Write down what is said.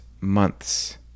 months